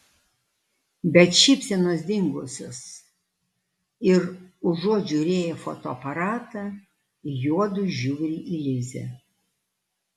bet šypsenos dingusios ir užuot žiūrėję į fotoaparatą juodu žiūri į lizę